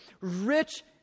rich